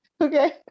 Okay